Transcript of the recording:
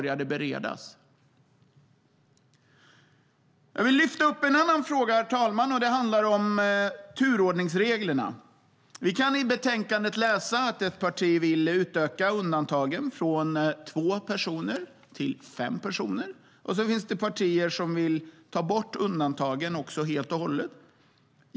Jag vill lyfta fram en annan fråga, och den handlar om turordningsreglerna. Vi kan i betänkandet läsa att ett parti vill utöka undantagen från turordningsreglerna från två personer till fem personer. Det finns också partier som vill ta bort undantagen helt och hållet.